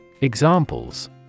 Examples